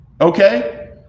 okay